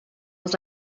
was